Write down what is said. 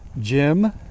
Jim